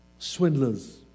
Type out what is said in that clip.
swindlers